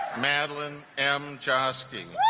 madeline m jh ah asking